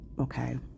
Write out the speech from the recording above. okay